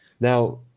now